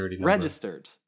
registered